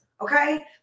Okay